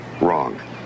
Wrong